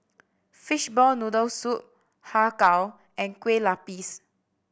Fishball Noodle Soup Har Kow and Kueh Lapis